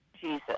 Jesus